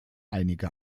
einige